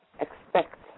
expect